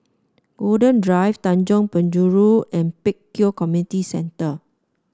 Golden Drive Tanjong Penjuru and Pek Kio Community Centre